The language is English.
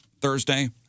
Thursday